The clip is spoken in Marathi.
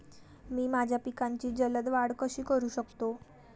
मी माझ्या पिकांची जलद वाढ कशी करू शकतो?